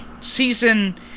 season